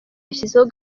yashyizeho